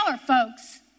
folks